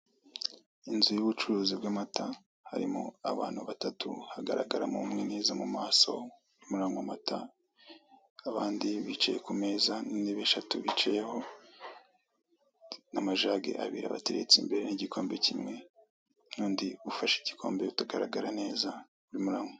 Inzu y'ubucuruzi bw'amata, harimo abantu batatu, hagaragaramo umwe neza mu maso, urimo uranywa amata. Abandi bicaye ku meza n'intebe eshatu bicayeho, n'amajagi abiri abateretse imbere, n'igikombe kimwe, n'undi ufashe igikombe utagaragara neza, urimo uranywa.